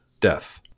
Death